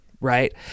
right